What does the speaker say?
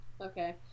Okay